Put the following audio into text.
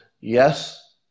yes